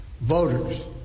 voters